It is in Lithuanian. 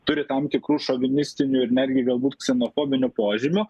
turi tam tikrų šovinistinių ir netgi galbūt ksenofobinių požymių